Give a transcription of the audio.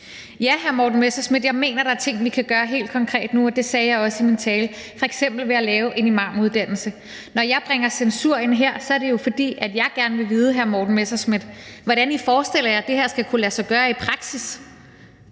jeg mener, der er ting, vi kan gøre helt konkret nu, og det sagde jeg også i min tale, f.eks. ved at lave en imamuddannelse. Når jeg bringer censur ind her, er det jo, fordi jeg gerne vil vide, hr. Morten Messerschmidt, hvordan I forestiller jer at det her skal kunne lade sig gøre i praksis.